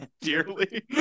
dearly